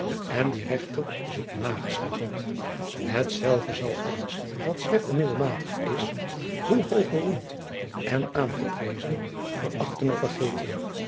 en die regter is het nageslacht hetzelve zal alles wat slecht en middelmatig is hoe hoog geroemd en aangeprezen verachten of vergeten